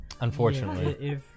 Unfortunately